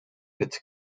het